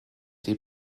die